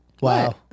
wow